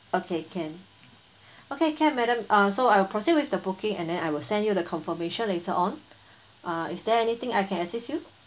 okay can okay can madam uh so I will proceed with the booking and then I will send you the confirmation later on uh is there anything I can assist you